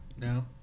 No